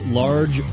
large